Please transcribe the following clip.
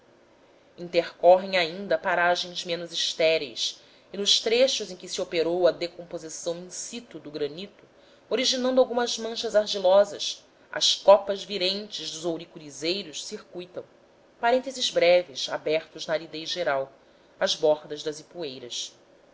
intercorrem ainda paragens menos estéreis e nos trechos em que se operou a decomposição in situ do granito originando algumas manchas argilosas as copas virentes dos ouricurizeiros circuitam parênteses breves abertos na aridez geral as bordas das ipueiras